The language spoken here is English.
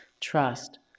trust